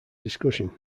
discussion